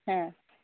ಹಾಂ